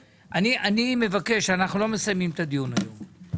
אני מבקש, אנחנו לא מסיימים את הדיון היום.